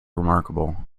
remarkable